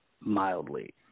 mildly